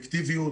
באפקטיביות.